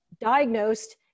diagnosed